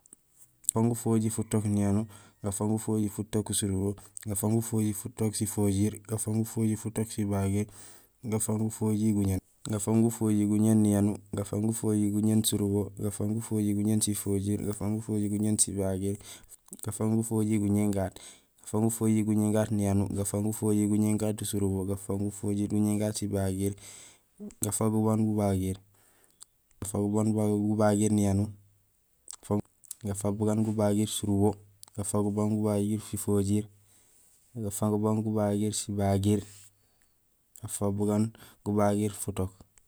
Gafaak bugaan gufojiir futook niyanuur, gafaak bugaan gufojiir futook surubo, gafaak bugaan gufojiir futook sifojiir, gafaak bugaan gufojiir futook sibagiir, gafaak bugaan gufojiir guñéén, gafaak bugaan gufojiir guñéén niyanuur, gafaak bugaan gufojiir guñéén surubo, gafaak bugaan gufojiir guñéén sifojiir, gafaak bugaan gufojiir guñéén sibagiir, gafaak bugaan gufojiir guñéén gaat, gafaak bugaan gufojiir guñéén gaat niyanuur, gafaak bugaan gufojiir guñéén gaat surubo, gafaak bugaan gufojiir guñéén gaat sifojiir, gafaak bugaan gufojiir guñéén gaat sibagiir, gafaak bugaan gubagiir, gafaak bugaan gubagiir niyanuur, gafaak bugaan gubagiir surubo, gafaak bugaan gubagiir sifojiir, gafaak bugaan gubagiir sibagiir, gafaak bugaan gubagiir futook